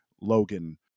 Logan